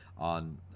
On